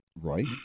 right